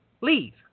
leave